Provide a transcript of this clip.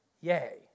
yay